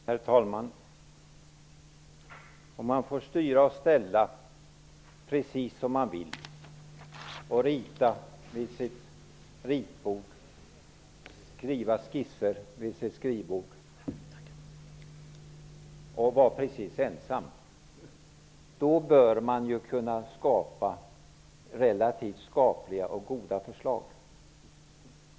Herr talman! Om man får styra och ställa precis som man vill, får rita vid sitt ritbord, skriva skisser vid sitt skrivbord och vara alldeles ensam, bör man kunna skapa relativt hyggliga och goda förslag.